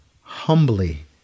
humbly